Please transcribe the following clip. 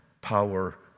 power